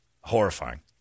Horrifying